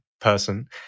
person